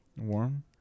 warm